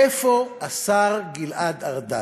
איפה השר גלעד ארדן?